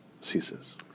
ceases